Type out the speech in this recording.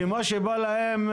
כי מה שבא להם,